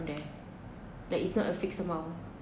there like it's not a fix amount